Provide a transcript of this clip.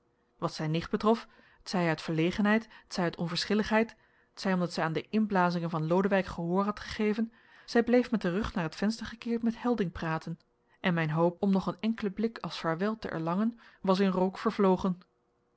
wat zijn nicht betrof t zij uit verlegenheid t zij uit onverschilligheid t zij omdat zij aan de inblazingen van lodewijk gehoor had gegeven zij bleef met den rug naar het venster gekeerd met helding praten en mijn hoop om nog een enkelen blik als vaarwel te erlangen was in rook vervlogen